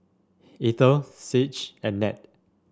Eithel Sage and Ned